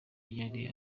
yari